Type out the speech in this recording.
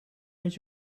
met